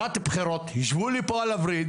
שנת בחירות, ישבו לי פה על הוריד.